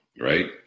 right